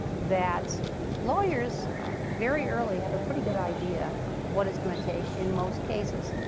that lawyers very early have a pretty good idea what is going to take in most cases.